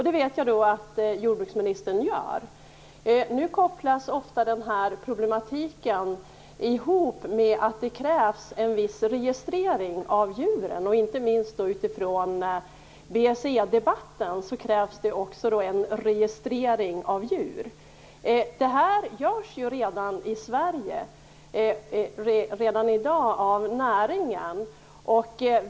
Det vet jag att jordbruksministern gör. Nu kopplas denna problematik ofta ihop med att det krävs en viss registrering av djuren. Inte minst utifrån BSE-debatten krävs det en registrering av djur. Detta görs i Sverige redan i dag av näringen.